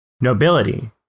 nobility